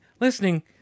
listening